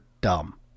dumb